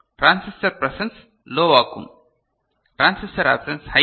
transistor presence லோவாக்கும் transistor absence high